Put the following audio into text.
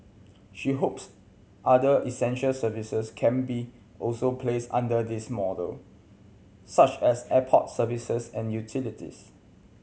she hopes other essential services can be also placed under this model such as airport services and utilities